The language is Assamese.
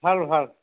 ভাল ভাল